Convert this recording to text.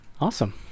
Awesome